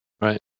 Right